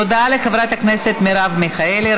תודה לחברת הכנסת מרב מיכאלי.